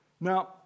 Now